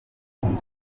ndetse